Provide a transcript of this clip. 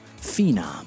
Phenom